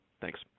Thanks